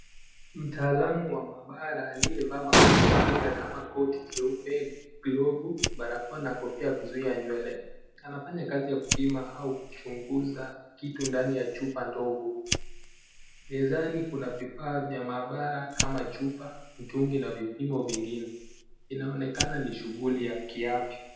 Mtaalamu wa maabara aliyevaa mavazi ya kinga kama koti jeupe barakoa na kofia kuzuia nywele anafanya kazi ya kupima au kupunguza kitu ndani ya chupa ndogo. Mezani kuna vifaa vya maabara kama chupa, mtungi na vipimo mengine. Inaonekana ni shughuli ya kiafya.